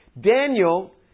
Daniel